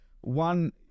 one